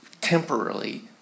temporarily